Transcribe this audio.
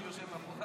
לא משתתף.